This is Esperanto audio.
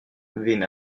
vin